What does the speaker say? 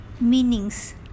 meanings